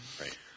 Right